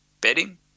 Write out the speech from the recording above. bedding